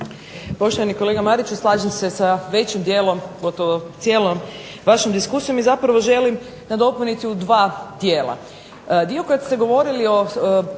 Poštovani kolega Mariću slažem se sa većim dijelom, gotovo cijelom vašom diskusijom i zapravo želim nadopuniti u dva dijela.